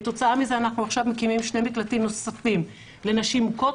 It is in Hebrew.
כתוצאה מזה אנחנו עכשיו מקימים שני מקלטים נוספים לנשים מוכות,